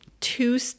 two